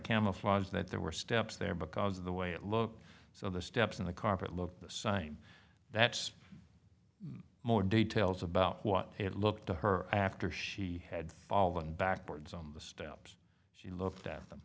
camouflage that there were steps there because of the way it looked so the steps in the carpet looked the same that's more details about what it looked to her after she had fallen backwards on the steps she looked